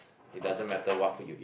it doesn't matter what food you eat